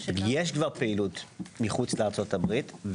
יש כבר פעילות מחוץ לארצות הברית.